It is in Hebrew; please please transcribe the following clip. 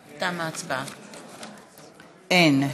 אין.